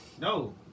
No